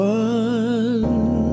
one